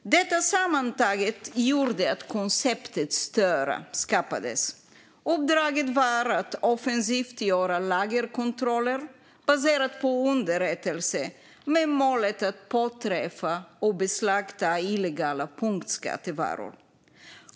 Detta sammantaget gjorde att konceptet Störa skapades. Uppdraget var att offensivt göra lagerkontroller baserat på underrättelser med målet att påträffa och beslagta illegala punktskattevaror.